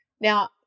Now